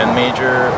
major